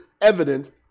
evidence